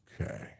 Okay